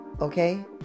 Okay